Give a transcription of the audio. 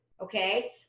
okay